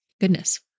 goodness